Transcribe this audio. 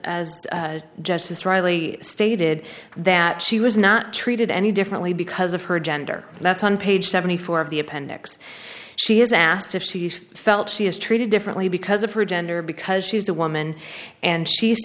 admits justice reilly stated that she was not treated any differently because of her gender that's on page seventy four of the appendix she is asked if she felt she is treated differently because of her gender because she is the woman and she